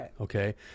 Okay